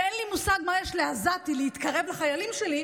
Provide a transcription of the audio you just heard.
שאין לי מושג מה יש לעזתי להתקרב לחיילים שלי,